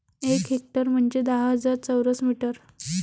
एक हेक्टर म्हंजे दहा हजार चौरस मीटर